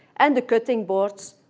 and cutting boards,